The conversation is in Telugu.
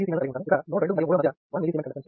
ఇక్కడ నోడ్ 2 మరియు 3 ల మధ్య 1mS కండెక్టన్స్ ఉంది